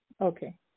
Okay